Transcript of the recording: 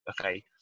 okay